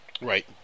Right